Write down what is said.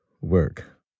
work